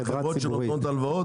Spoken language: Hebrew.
זה חברות שנותנות הלוואות?